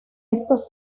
estos